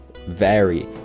vary